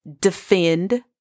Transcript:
defend